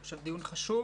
זה דיון חשוב.